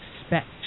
expect